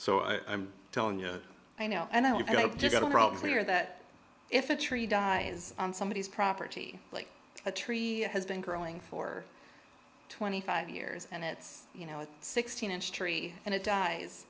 so i am telling yeah i know and i just got a problem here that if a tree dies on somebody's property like a tree has been growing for twenty five years and it's you know a sixteen inch tree and it dies